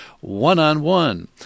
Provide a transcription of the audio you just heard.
one-on-one